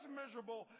miserable